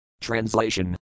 Translation